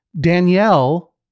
Danielle